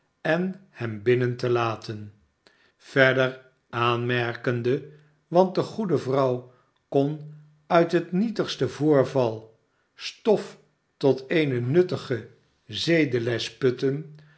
en hem binnen te laten verder aanmerkende want de goede vrouw kon uit het nietigste voorval stof tot eene nuttige zedeles putten